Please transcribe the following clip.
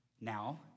Now